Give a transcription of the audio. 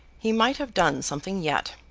he might have done something yet.